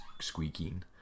squeaking